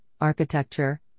architecture